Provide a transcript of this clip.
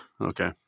Okay